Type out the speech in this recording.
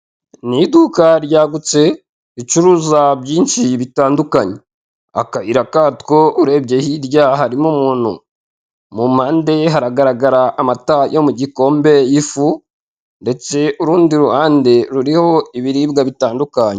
Mu iduka ryagutse ricuruza byinshi bitandukanye, akayira katwo urebye hirya harimo umuntu, mu mpande ye haragaragara amata yo mu gikombe y'ifu ndetse urundi ruhande ruriho ibiribwa bitandukanye.